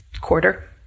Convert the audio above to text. quarter